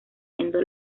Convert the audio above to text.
siendo